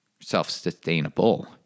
self-sustainable